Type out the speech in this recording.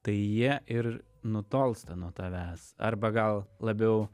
tai jie ir nutolsta nuo tavęs arba gal labiau